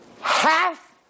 Half